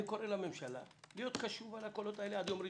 אני קורא לממשלה להיות קשובה לקולות האלה עד יום ראשון,